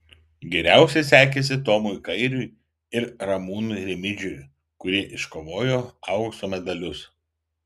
geriausiai sekėsi tomui kairiui ir ramūnui rimidžiui kurie iškovojo aukso medalius